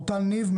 אורטל ניב,